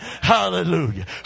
Hallelujah